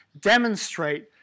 demonstrate